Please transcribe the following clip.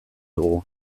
dugu